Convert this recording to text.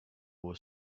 was